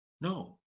no